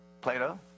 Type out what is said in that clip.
plato